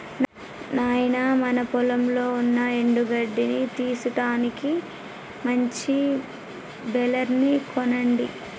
నాయినా మన పొలంలో ఉన్న ఎండు గడ్డిని తీసుటానికి మంచి బెలర్ ని కొనండి